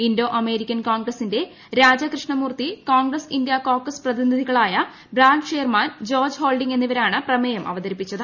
Indo American കോൺഗ്ര്സിന്റെ Rajakrishna മൂർത്തി Congreve India caucus പ്രതിനിധികളായ Brad Sherman George holding എന്നിവരാണ് പ്രമേയം അവതരിപ്പിച്ചത്